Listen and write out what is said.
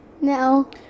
No